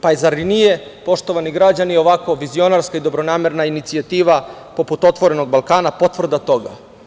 Pa, zar nije poštovani građani, ovako vizionarska i dobronamerna inicijativa poput otvorenog Balkana potvrda toga?